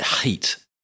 hate